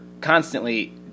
constantly